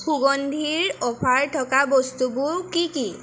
সুগন্ধিৰ offer থকা বস্তুবোৰ কি কি